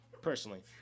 personally